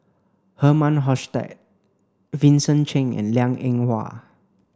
Herman Hochstadt Vincent Cheng and Liang Eng Hwa